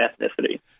ethnicity